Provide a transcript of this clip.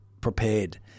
prepared